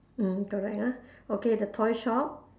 mm correct ah okay the toy shop